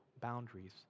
boundaries